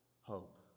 hope